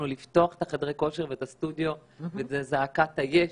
לפתוח את חדר הכושר והסטודיו ואת זעקת: יש,